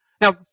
Now